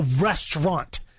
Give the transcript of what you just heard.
restaurant